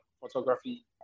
photography